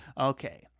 Okay